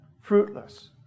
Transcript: fruitless